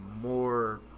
more